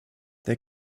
they